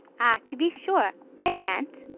ah! to be sure. i can't.